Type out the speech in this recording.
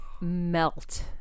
melt